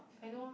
I know ah